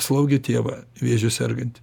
slaugė tėvą vėžiu sergantį